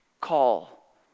call